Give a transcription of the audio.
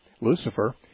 Lucifer